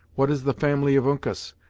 what is the family of uncas?